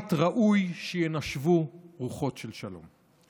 בבית ראוי שינשבו רוחות של שלום.